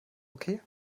okay